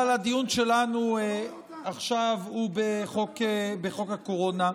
אבל הדיון שלנו עכשיו הוא בחוק הקורונה.